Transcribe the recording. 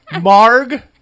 Marg